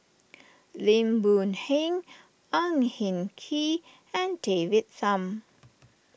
Lim Boon Heng Ang Hin Kee and David Tham